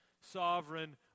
sovereign